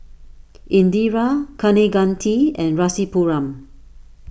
Indira Kaneganti and Rasipuram